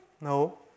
No